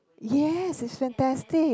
yes it's fantastic